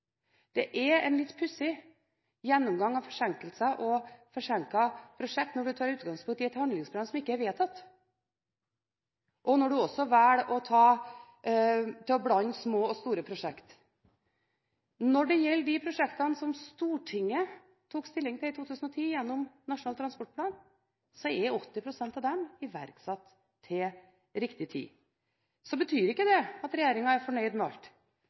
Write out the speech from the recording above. Det er en litt pussig gjennomgang av forsinkelser og forsinkede prosjekter, når en tar utgangspunkt i et handlingsprogram som ikke er vedtatt, og når en også velger å blande små og store prosjekter. Når det gjelder de prosjektene som Stortinget tok stilling til i 2010 gjennom Nasjonal transportplan, er 80 pst. av dem iverksatt til riktig tid. Det betyr ikke at regjeringen er fornøyd med alt,